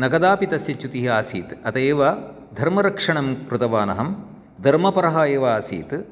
न कदापि तस्य च्युतिः आसीत् अतः एव धर्मरक्षणं कृतवान् अहं धर्मपरः एव आसीत्